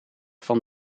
van